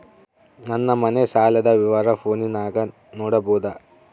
ನನ್ನ ಮನೆ ಸಾಲದ ವಿವರ ಫೋನಿನಾಗ ನೋಡಬೊದ?